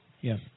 Yes